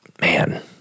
man